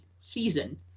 season